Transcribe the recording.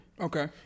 Okay